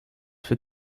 für